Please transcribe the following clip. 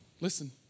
listen